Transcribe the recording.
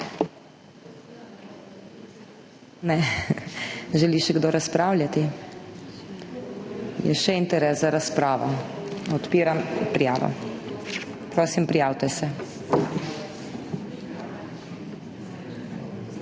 Želi še kdo razpravljati? (Da.) Je še interes za razpravo. Odpiram prijavo. Prosim, prijavite se.